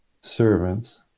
servants